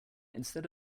instead